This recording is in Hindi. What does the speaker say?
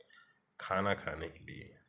खाना खाने के लिए